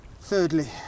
Thirdly